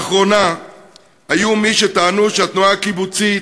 לאחרונה היו מי שטענו שהתנועה הקיבוצית